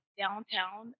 downtown